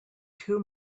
too